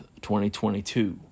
2022